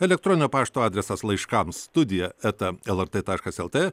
elektroninio pašto adresas laiškams studija eta lrt taškas lt